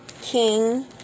King